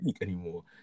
anymore